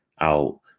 out